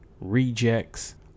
rejects